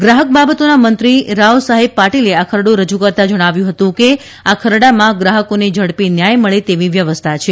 ગ્રાહક બાબતોના મંત્રી રાવસાહેબ પાટીલે આ ખરડો રજૂ કરતાં જણાવ્યું હતું કે આ ખરડામાં ગ્રાહકોને ઝડપી ન્યાય મળે તેવી વ્યવસ્થા છે